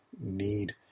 need